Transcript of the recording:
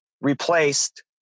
replaced